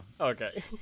okay